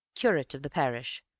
curate of the parish,